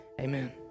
Amen